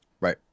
Right